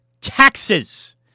taxes